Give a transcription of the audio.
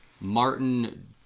Martin